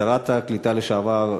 שרת הקליטה לשעבר,